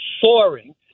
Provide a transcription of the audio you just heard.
soaring